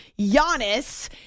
Giannis